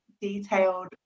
detailed